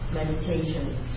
meditations